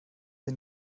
den